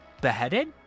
beheaded